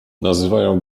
nazywają